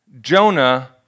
Jonah